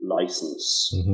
license